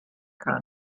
kann